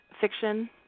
fiction